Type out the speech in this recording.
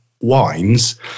wines